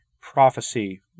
prophecy